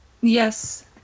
Yes